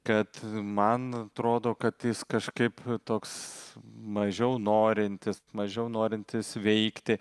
kad man atrodo kad jis kažkaip toks mažiau norintis mažiau norintis veikti